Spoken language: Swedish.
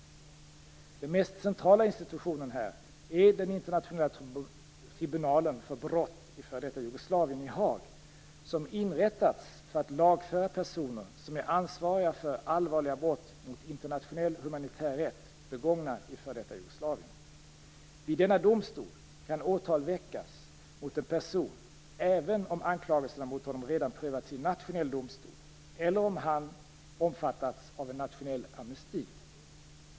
Den mest centrala institutionen här är den internationella tribunalen för brott i f.d. Jugoslavien i Haag, som inrättats för att lagföra personer som är ansvariga för allvarliga brott mot internationell humanitär rätt begångna i f.d. Jugoslavien. Vid denna domstol kan åtal väckas mot en person även om anklagelserna mot honom redan prövats i nationell domstol eller om han omfattats av en nationell amnesti.